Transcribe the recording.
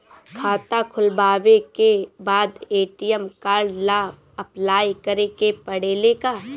खाता खोलबाबे के बाद ए.टी.एम कार्ड ला अपलाई करे के पड़ेले का?